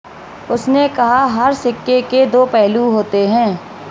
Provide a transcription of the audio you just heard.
उसने कहा हर सिक्के के दो पहलू होते हैं